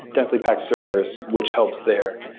densely packed servers which helps there.